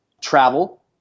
travel